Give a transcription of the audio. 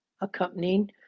accompanying